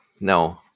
no